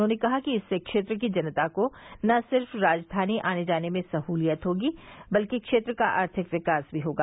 उन्होंने कहा कि इससे क्षेत्र की जनता को न सिर्फ राजधानी आने जाने में सह्लियत होगी बल्कि क्षेत्र का आर्थिक विकास भी होगा